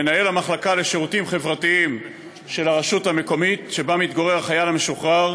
מנהל המחלקה לשירותים חברתיים של הרשות המקומית שבה מתגורר החייל המשוחרר